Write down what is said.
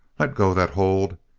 let go that hold.